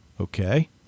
okay